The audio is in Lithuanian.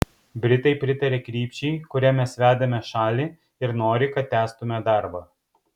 britai pritaria krypčiai kuria mes vedame šalį ir nori kad tęstume darbą